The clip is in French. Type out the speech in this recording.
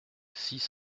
six